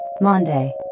Monday